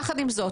יחד עם זאת,